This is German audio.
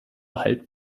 halb